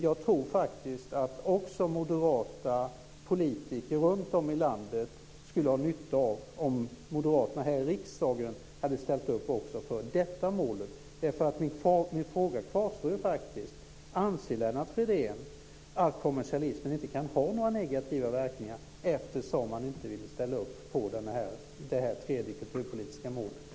Jag tror att också moderata politiker runtom i landet skulle ha nytta av om moderaterna här i riksdagen hade ställt upp också för detta mål. Min fråga kvarstår: Anser Lennart Fridén att kommersialismen inte kan ha några negativa verkningar, eftersom man inte ville ställa upp på det tredje kulturpolitiska målet?